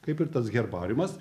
kaip ir tas herbariumas